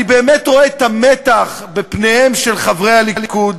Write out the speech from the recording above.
אני באמת רואה את המתח בפניהם של חברי הליכוד,